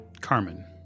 Carmen